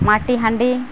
ମାଟି ହାଣ୍ଡି